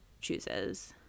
chooses